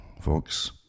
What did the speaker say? folks